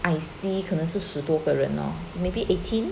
I see 可能是十多个人 lor maybe eighteen